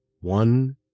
one